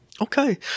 Okay